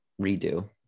Redo